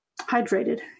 hydrated